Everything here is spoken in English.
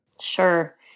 sure